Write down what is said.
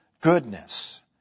goodness